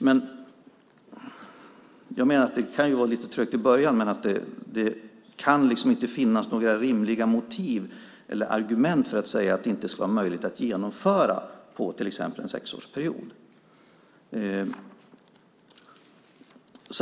Det kan vara lite trögt i början, men det kan inte finnas några rimliga motiv eller argument för att det inte ska vara möjligt att genomföra inom till exempel en sexårsperiod.